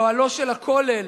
לאוהלו של הכולל.